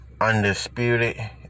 Undisputed